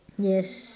yes